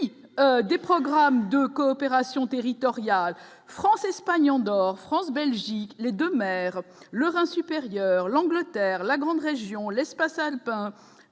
des programmes de coopération territoriale France-Espagne, Andorre, France, Belgique, les 2 maires le Rhin supérieur, l'Angleterre, la grande région l'espace alpin